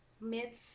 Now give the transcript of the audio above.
myths